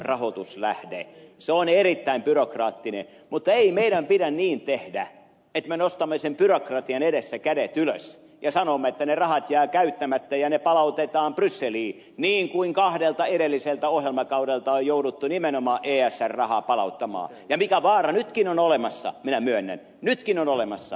se on erittäin byrokraattinen mutta ei meidän pidä niin tehdä että me nostamme sen byrokratian edessä kädet ylös ja sanomme että ne rahat jäävät käyttämättä ja ne palautetaan brysseliin niin kuin kahdelta edelliseltä ohjelmakaudelta on jouduttu nimenomaan esr rahaa palauttamaan ja mikä vaara nytkin on olemassa minä myönnän nytkin on olemassa